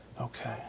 Okay